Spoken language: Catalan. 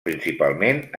principalment